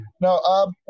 No